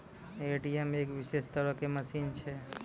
ATM एक विशेष तरहो के मशीन छै